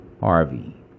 Harvey